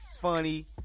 funny